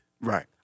Right